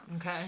Okay